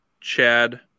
Chad